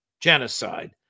genocide